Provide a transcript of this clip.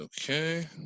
Okay